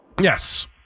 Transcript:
Yes